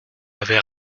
avait